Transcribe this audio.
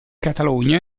catalogna